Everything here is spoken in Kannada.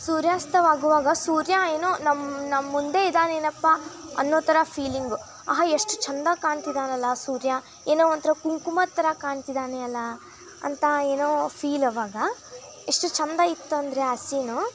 ಸೂರ್ಯಾಸ್ತವಾಗುವಾಗ ಸೂರ್ಯ ಏನೋ ನಮ್ಮ ನಮ್ಮ ಮುಂದೆ ಇದಾನೇನಪ್ಪ ಅನ್ನೋ ಥರ ಫೀಲಿಂಗು ಆಹಾ ಎಷ್ಟು ಚೆಂದ ಕಾಣ್ತಿದ್ದಾನಲ್ಲ ಸೂರ್ಯ ಏನೋ ಒಂಥರ ಕುಂಕುಮ ಥರ ಕಾಣ್ತಿದ್ದಾನೆ ಅಲ್ಲ ಅಂತ ಏನೋ ಫೀಲ್ ಆವಾಗ ಎಷ್ಟು ಚೆಂದ ಇತ್ತಂದರೆ ಆ ಸೀನು